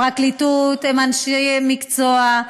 הפרקליטות הם אנשי מקצוע,